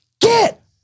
Get